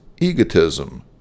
egotism